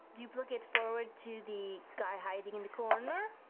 duplicate forward to the guy hiding in the corner.